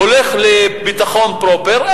הולך לביטחון פרופר,